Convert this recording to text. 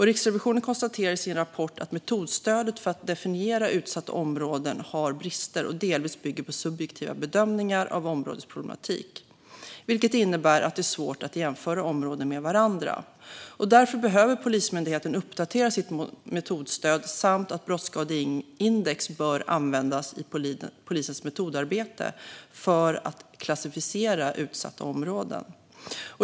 Riksrevisionen konstaterar i sin rapport att metodstödet för att definiera utsatta områden har brister och delvis bygger på subjektiva bedömningar av områdets problematik, vilket innebär att det är svårt att jämföra områden med varandra. Därför behöver Polismyndigheten uppdatera sitt metodstöd. Brottsskadeindex bör användas i polisens metodarbete för att klassificera utsatta områden.